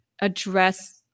address